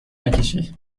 نکشی